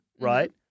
right